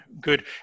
Good